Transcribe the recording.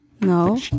No